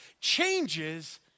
changes